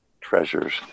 treasures